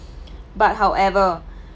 but however